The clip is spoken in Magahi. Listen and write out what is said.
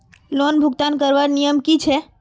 लोन भुगतान करवार नियम की छे?